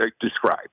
describe